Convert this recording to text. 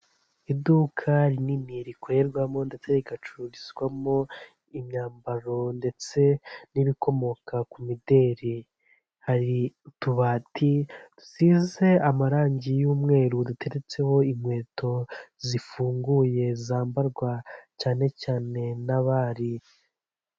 Iduka rinini rikorerwamo ndetse rigacururizwamo imyambaro ndetse n'ibikomoka ku mideli, hari utubati dusize amarangi y'umweru duteretseho inkweto, zifunguye zambarwa cyane cyane n'abari.